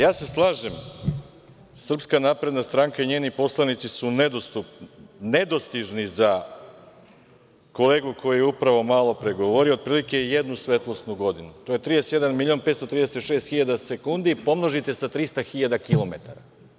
Ja se slažem, SNS i njeni poslanici su nedostižni za kolegu koji je upravo malopre govorio, otprilike jednu svetlosnu godinu, to je 31.536.000 sekundi, pomnožite sa 300 hiljada kilometara.